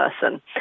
person